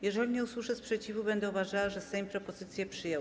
Jeżeli nie usłyszę sprzeciwu, będę uważała, że Sejm propozycję przyjął.